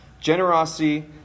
Generosity